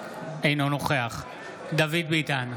אינו נוכח דוד ביטן,